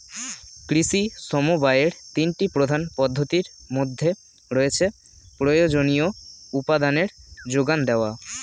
কৃষি সমবায়ের তিনটি প্রধান পদ্ধতির মধ্যে রয়েছে প্রয়োজনীয় উপাদানের জোগান দেওয়া